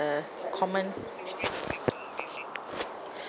the common